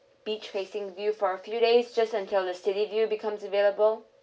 beach facing view for a few days just until the city view becomes available